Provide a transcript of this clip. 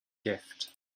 gift